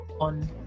on